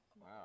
wow